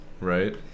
Right